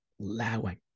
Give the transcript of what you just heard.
Allowing